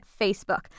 Facebook